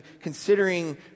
considering